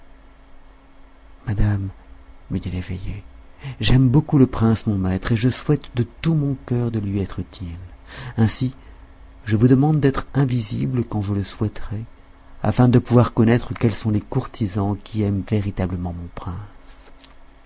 madame lui dit l'eveillé j'aime beaucoup le prince mon maître et je souhaite de tout mon cœur de lui être utile ainsi je vous demande d'être invisible quand je le souhaiterai afin de pouvoir connaître quels sont les courtisans qui aiment véritablement mon prince